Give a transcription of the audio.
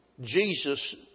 Jesus